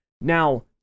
now